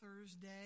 Thursday